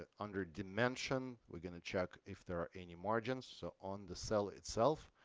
ah under dimension, we're gonna check if there are any margins. so on the cell itself,